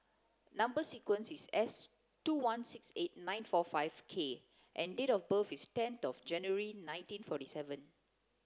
number sequence is S two one six eight nine four five K and date of birth is ten of January nineteen forty seven